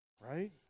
Right